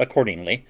accordingly